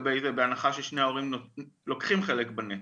בהנחה ששני ההורים לוקחים חלק בנטל.